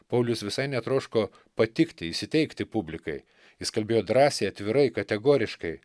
paulius visai netroško patikti įsiteikti publikai jis kalbėjo drąsiai atvirai kategoriškai